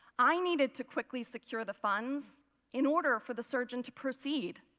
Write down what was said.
i needed to quickly secure the funds in order for the surgeon to proceed.